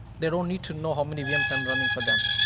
they don't need to know how many vms i'm running for them.